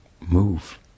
move